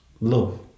love